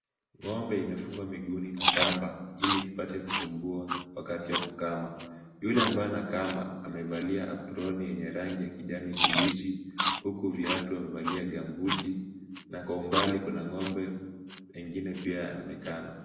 Ng'ombe imefungwa miguuni na kamba ili isipate kusumbua wakati wa kukama. Yule ambaye anakama amevalia apron yenye rangi ya kijani kibichi huku viatu amevalia gumboot .Na kwa umbali kuna ng'ombe ingine pia inaonekana.